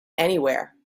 anywhere